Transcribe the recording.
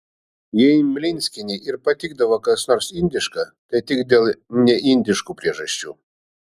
jei mlinskienei ir patikdavo kas nors indiška tai tik dėl neindiškų priežasčių